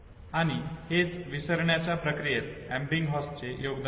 आणि हेच विसरण्याच्या प्रक्रियेत एबिंगहॉसचे योगदान आहे